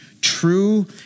true